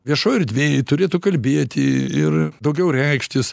viešoj erdvėj turėtų kalbėti ir daugiau reikštis